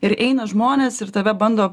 ir eina žmonės ir tave bando